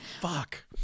Fuck